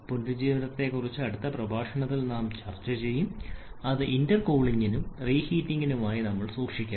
പുനരുജ്ജീവനത്തെക്കുറിച്ച് അടുത്ത പ്രഭാഷണത്തിൽ നാം ചർച്ചചെയ്യും അത് ഇന്റർകൂളിംഗിനും വീണ്ടും ചൂടാക്കലിനുമായി നമ്മൾ സൂക്ഷിക്കുന്നു